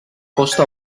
costa